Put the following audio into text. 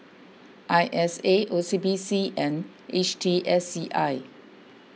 I S A O C B C and H T S C I